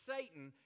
Satan